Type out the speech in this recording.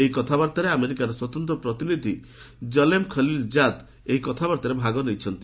ଏହି କଥାବାର୍ତ୍ତାରେ ଆମେରିକାର ସ୍ୱତନ୍ତ୍ର ପ୍ରତିନିଧି କଲ୍ମେ ଖଲିଲ୍ ଜାଦ୍ ଏହି କଥାବାର୍ତ୍ତାରେ ଭାଗ ନେଇଛନ୍ତି